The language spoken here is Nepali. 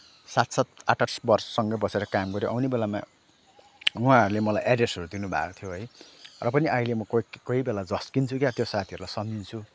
सात सात आठ आठ वर्षसँगै बसेर काम गऱ्यौँ आउने बेलामा उहाँहरूले मलाई अड्रेसहरू दिनुभएको थियो है र पनि अहिले म कोही कोही बेला झस्किन्छु कि त्यो साथीहरूलाई सम्झिन्छु